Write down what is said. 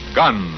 gun